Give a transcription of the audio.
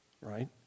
Right